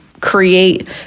Create